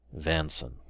Vanson